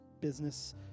business